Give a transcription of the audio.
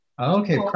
Okay